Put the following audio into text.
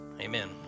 amen